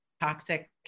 toxic